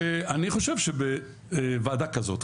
ואני חושב שבוועדה כזאת,